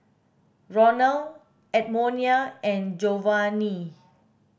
Ronald Edmonia and Jovanni